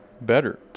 better